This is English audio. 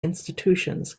institutions